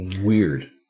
Weird